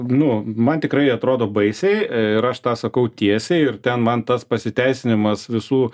nu man tikrai atrodo baisiai ir aš tą sakau tiesiai ir ten man tas pasiteisinimas visų